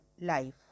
life